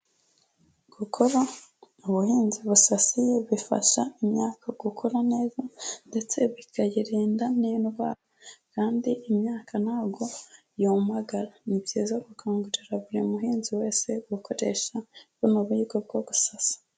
Gukora ubuhinzi busasiye bifasha imyaka gukura neza ndetse bikayirinda n'indwara, kandi imyaka ntabwo yumagara, ni byiza gukangurira buri muhinzi wese gukoresha buno buryo bwo gusasa.